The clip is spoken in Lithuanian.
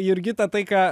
jurgita tai ką